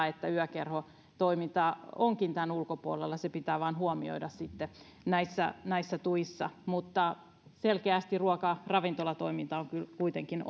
että yökerhotoiminta onkin tämän ulkopuolella se pitää vain huomioida sitten näissä näissä tuissa mutta selkeästi ruokaravintolatoiminta on kuitenkin